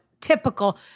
typical